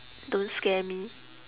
don't scare me